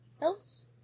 else